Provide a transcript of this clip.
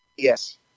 Yes